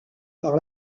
par